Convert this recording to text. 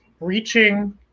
reaching